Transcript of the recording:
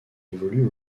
évolue